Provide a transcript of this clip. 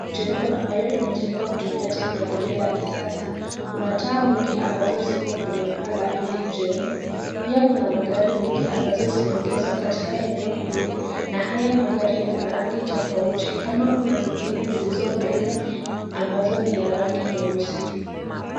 Jengo ambayo imejengwa kutumia teknolojia ya kisasa. Kuna taa mingi ambazo ziko kwenye paa la hili jengo. Pia kuna magari mingi ambazo zimeegezwa katika eneo hili na haya magari yana rangi tofauti kama kuna zingine zilizo mbele ambazo ni ya rangi nyeusi.